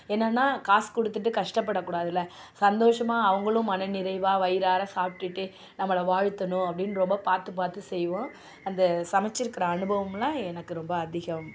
என்னனா காசு கொடுத்துட்டு கஷ்டப்பட கூடாதுல சந்தோசமாக அவங்களும் மனநிறைவாக வயிறார சாப்பிடுட்டு நம்மளை வாழ்த்தணும் அப்படினு ரொம்ப பார்த்து பார்த்து செய்வோம் அந்த சமைச்சிருக்குற அனுபவம்லாம் எனக்கு ரொம்ப அதிகம்